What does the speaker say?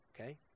okay